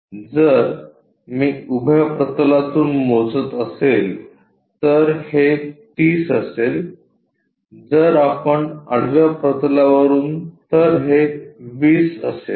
जर मी उभ्या प्रतलातून मोजत असेल तर हे 30 असेल जर आपण आडव्या प्रतलावरून तर हे 20 असेल